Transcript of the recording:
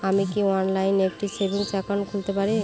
আমি কি অনলাইন একটি সেভিংস একাউন্ট খুলতে পারি?